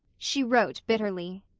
she wrote bitterly.